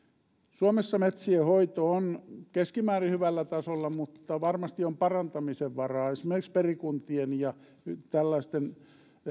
suomessa metsienhoito on keskimäärin hyvällä tasolla mutta varmasti on parantamisen varaa esimerkiksi perikuntien ja